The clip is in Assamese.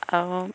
আৰু